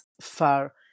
far